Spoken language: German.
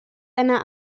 einer